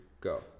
go